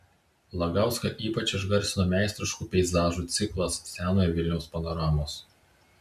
lagauską ypač išgarsino meistriškų peizažų ciklas senojo vilniaus panoramos